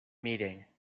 meeting